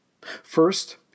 First